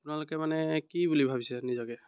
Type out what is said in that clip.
আপোনালোকে মানে কি বুলি ভাবিছে নিজকে